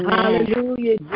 Hallelujah